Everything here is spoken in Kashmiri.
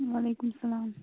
وعلیکُم سلام